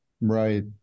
Right